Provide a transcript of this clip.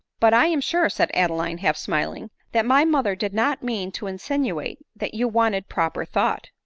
but i am sure, said adeline, half smiling, that my mother did not mean to insinuate that you wanted proper thought.